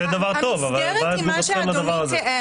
המסגרת היא מה שאדוני תאר.